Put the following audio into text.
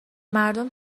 مردم